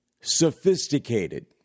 sophisticated